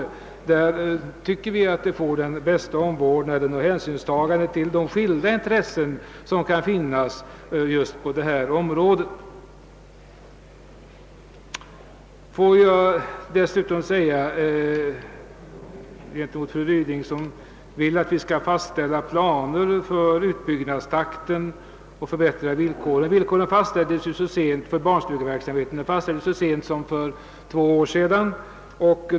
Vi anser att man där kan ägna denna verksamhet den största omsorgen och ta den största hänsynen till de skilda intressen som kan finnas på detta område. Fru Ryding vill att vi skall fastställa planer för utbyggnadstakten och för förbättringen av villkoren. Villkoren för barnstugeverksamheten fastställdes så sent som för två år sedan.